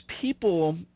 people